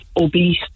obese